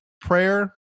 prayer